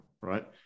right